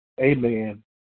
amen